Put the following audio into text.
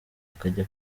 akajya